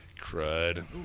Crud